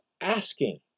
asking